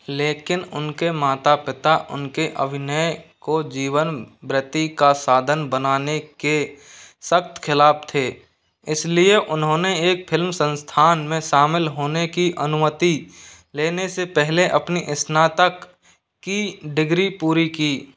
लेकिन उनके माता पिता उनके अभिनय को जीवन वृत्ति का साधन बनाने के सख्त खिलाफ़ थे इसलिए उन्होंने एक फिल्म संस्थान में शामिल होने की अनुमति लेने से पहले अपनी स्नातक की डिग्री पूरी की